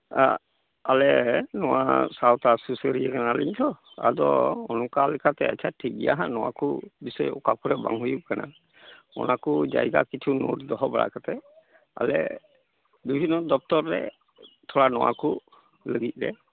ᱟᱞᱮ ᱱᱚᱣᱟ ᱥᱟᱶᱛᱟ ᱥᱩᱥᱟᱹᱨᱤᱭᱟᱹ ᱠᱟᱱᱟᱞᱤᱧ ᱛᱚ ᱟᱫᱚ ᱚᱱᱠᱟ ᱞᱮᱠᱟᱛᱮ ᱟᱪᱪᱷᱟ ᱴᱷᱤᱠᱜᱮᱭᱟ ᱦᱟᱸᱜ ᱱᱚᱣᱟ ᱠᱚ ᱵᱤᱥᱚᱭ ᱚᱠᱟ ᱠᱚᱨᱮ ᱵᱟᱝ ᱦᱩᱭ ᱟᱠᱟᱱᱟ ᱚᱱᱟ ᱠᱚ ᱡᱟᱭᱜᱟ ᱠᱤᱪᱷᱩ ᱱᱳᱴ ᱫᱚᱦᱚ ᱵᱟᱲᱟ ᱠᱟᱛᱮ ᱟᱞᱮ ᱵᱤᱵᱷᱤᱱᱱᱚ ᱫᱚᱯᱛᱚᱨ ᱨᱮ ᱛᱷᱚᱲᱟ ᱱᱚᱣᱟ ᱠᱚ ᱞᱟᱹᱜᱤᱫ ᱞᱮ